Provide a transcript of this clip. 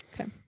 Okay